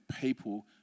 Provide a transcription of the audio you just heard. people